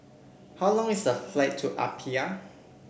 how long is a flight to Apia